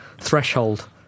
Threshold